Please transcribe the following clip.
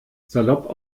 salopp